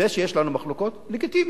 זה שיש לנו מחלוקות לגיטימי.